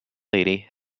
lady